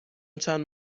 چند